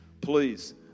please